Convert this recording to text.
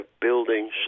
buildings